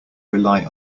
rely